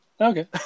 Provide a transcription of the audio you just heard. Okay